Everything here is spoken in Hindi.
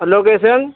और लोकेसन